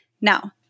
Now